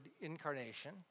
incarnation